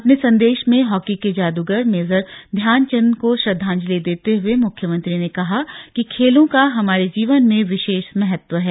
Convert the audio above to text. अपने संदेश में हॉकी के जादूगर मेजर ध्यानचन्द को श्रद्वांजलि देते हए मुख्यमंत्री ने कहा कि खेलों का हमारे जीवन में विशेष महत्व है